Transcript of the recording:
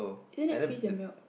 isn't that freeze and melt